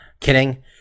Kidding